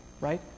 right